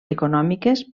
econòmiques